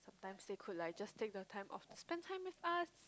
time they could like just take the time off spend time with us